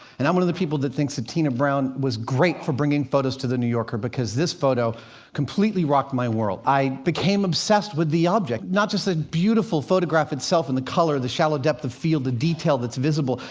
and i'm one of the people that thinks that tina brown was great for bringing photos to the new yorker, because this photo completely rocked my world. i became obsessed with the object not just the beautiful photograph itself, and the color, the shallow depth of field, the detail that's visible,